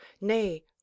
nay